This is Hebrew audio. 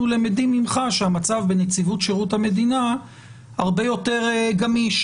למדים ממך זה שהמצב בנציבות שירות המדינה הרבה יותר גמיש.